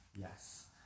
Yes